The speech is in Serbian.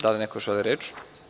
Da li neko želi reč?